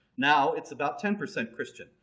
now it's about ten percent christian.